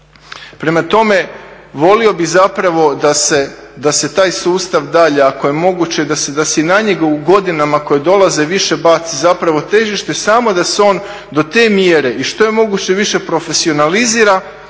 Prema tome, volio bih zapravo da se taj sustav dalje ako je moguće, da se na njega u godinama koje dolaze više baci zapravo težište samo da se on do te mjere i što je moguće više profesionalizira,